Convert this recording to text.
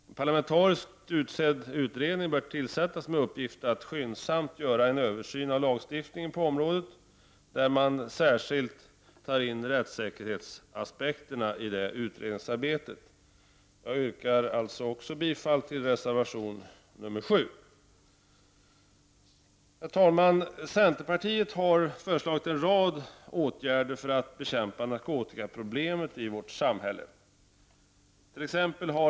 En parlamentariskt utsedd utredning bör tillsättas med uppgift att skyndsamt göra en översyn av lagstiftningen på området, där man särskilt skall ta in rättssäkerhetsaspekterna i utredningsarbetet. Jag yrkar bifall till reservation nr 7. Herr talman! Centerpartiet har föreslagit en rad åtgärder för att bekämpa narkotikaproblemen i vårt samhälle.